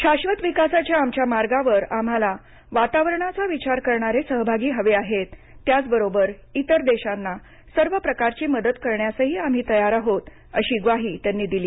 शाश्वत विकासाच्या आमच्या मार्गावर आम्हाला वातावरणाचा विचार करणारे सहभागी हवे आहेत त्याच बरोबर इतर देशांना सर्व प्रकारची मदत करण्यासही आम्ही तयार आहोत अशी ग्वाही त्यांनी दिली